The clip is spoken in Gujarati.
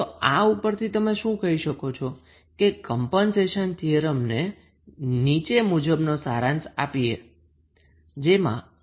તો આ પરથી તમે શું કહેશો કે કમ્પનસેશન થીયરમને નીચે મુજબનો સારાંશ આપી શકીએ છીએ